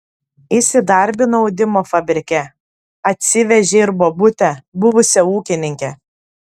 įsidarbino audimo fabrike atsivežė ir bobutę buvusią ūkininkę